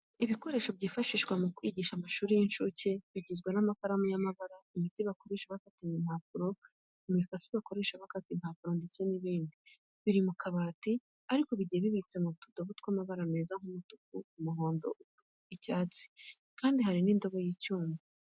Ibikoresho byifashishwa mu kwigisha amashuri y'incuke bigizwe n'amakaramu y'amabara, imiti bakoresha bafatanya impapuro, imikasi bakoresha bakata impapuro ndetse n'ibindi. Biri mu kabati ariko byo bigiye bibitse mu tudobo tw'amabara meza nk'umutuku, umuhondo, ubururu, icyatsi kibisi kandi hari n'indobo y'icyuma.